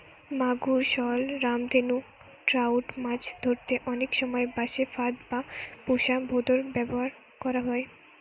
মাগুর, শল, রামধনু ট্রাউট মাছ ধরতে অনেক সময় বাঁশে ফাঁদ বা পুশা ভোঁদড় ব্যাভার করা হয়